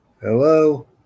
Hello